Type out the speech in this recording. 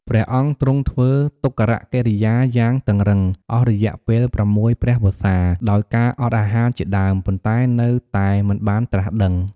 ព្រះអង្គទ្រង់ធ្វើទុក្ករកិរិយាយ៉ាងតឹងរ៉ឹង អស់រយៈពេល ៦ ព្រះវស្សា ដោយការអត់អាហារជាដើម ប៉ុន្តែនៅតែមិនបានត្រាស់ដឹង។